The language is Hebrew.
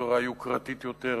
צורה יוקרתית יותר,